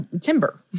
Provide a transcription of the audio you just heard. timber